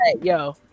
yo